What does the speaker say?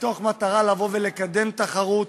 מתוך מטרה לבוא ולקדם תחרות,